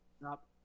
Stop